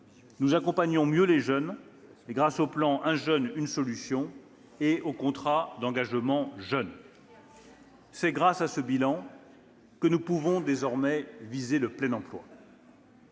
nous accompagnons mieux les jeunes, grâce au plan " 1 jeune, 1 solution " et au contrat d'engagement jeune. « C'est grâce à ce bilan que nous pouvons désormais viser le plein emploi.